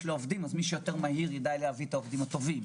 ומי שיותר מהיר יודע יותר טוב להביא את העובדים הטובים.